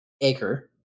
acre